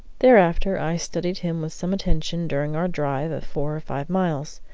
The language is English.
thereafter i studied him with some attention during our drive of four or five miles.